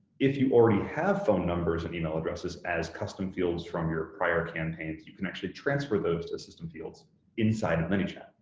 if you already have phone numbers and email addresses as custom fields from your prior campaigns, you can actually transfer those custom fields inside of manychat.